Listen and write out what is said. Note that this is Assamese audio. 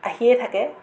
আহিয়েই থাকে